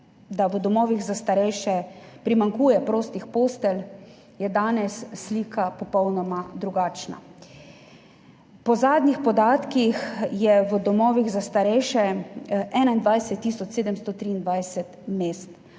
da v domovih za starejše primanjkuje prostih postelj, je danes slika popolnoma drugačna. Po zadnjih podatkih je v domovih za starejše 21 tisoč 723 mest,